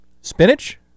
Spinach